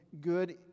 good